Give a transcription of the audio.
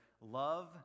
love